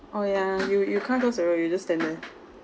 oh yeah you you can't go solo you'll just stand there